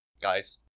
Guys